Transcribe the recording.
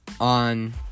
on